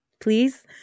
Please